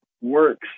works